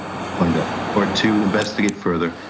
to find out or to investigate further.